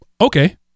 Okay